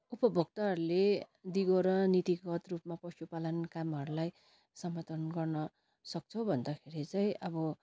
उपभोक्ताहरूले दिगो र नीतिगतरूपमा पशुपालन कामहरूलाई समर्थन गर्न सक्छौ भन्दाखेरि चाहिँ अब